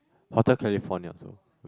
Hotel California also